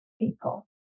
people